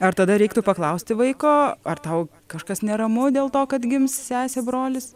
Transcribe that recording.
ar tada reiktų paklausti vaiko ar tau kažkas neramu dėl to kad gims sesė brolis